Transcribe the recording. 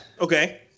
Okay